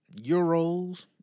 euros